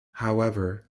however